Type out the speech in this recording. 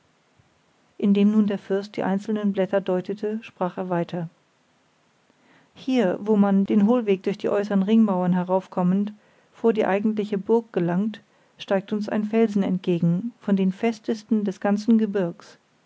indem nun der fürst die einzelnen blätter deutete sprach er weiter hier wo man den hohlweg durch die äußern ringmauern heraufkommend vor die eigentliche burg gelangt steigt uns ein felsen entgegen von den festesten des ganzen gebirgs